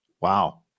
Wow